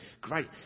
great